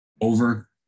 Over